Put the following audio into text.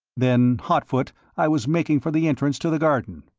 then, hotfoot, i was making for the entrance to the garden.